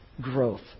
growth